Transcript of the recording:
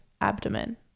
abdomen